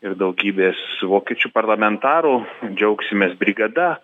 ir daugybės vokiečių parlamentarų džiaugsimės brigada